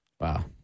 Wow